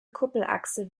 kuppelachse